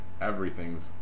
everything's